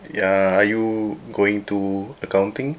ya are you going to accounting